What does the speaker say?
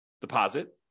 deposit